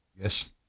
Yes